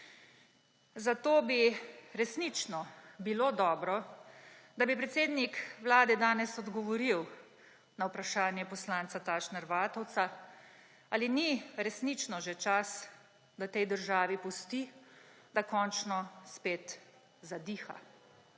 Zato bi resnično bilo dobro, da bi predsednik vlade danes odgovoril na vprašanje poslanca Tašner Vatovca, ali ni resnično že čas, da tej državi pusti, da končno spet zadiha.